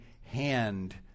hand